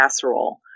casserole